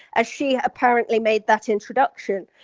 as she apparently made that introduction.